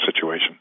situation